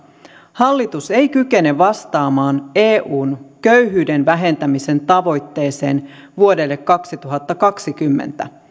hallitus ei kykene vastaamaan eun köyhyyden vähentämisen tavoitteeseen vuodelle kaksituhattakaksikymmentä